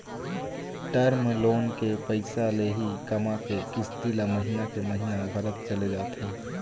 term loan के पइसा ले ही कमा के किस्ती ल महिना के महिना भरत चले जाथे